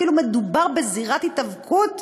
כאילו מדובר בזירת היאבקות,